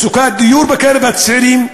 מצוקת דיור בקרב הצעירים,